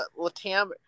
Latam